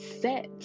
set